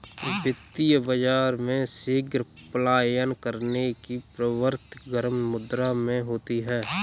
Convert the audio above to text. वित्तीय बाजार में शीघ्र पलायन करने की प्रवृत्ति गर्म मुद्रा में होती है